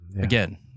again